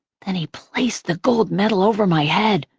then he placed the gold medal over my head,